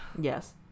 Yes